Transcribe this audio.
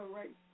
right